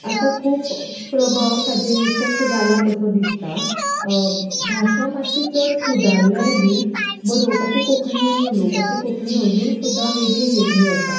आतां खूब प्रभाव ताचेर इफेक्ट जाला कसो दिसता भाशा मातशी चड सुदारल्याय बी बरोवपाची कोंकणी आनी उलोवपाची कोंकणी अजून सुद्दां वेगळी वेगळी आसा